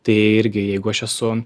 tai irgi jeigu aš esu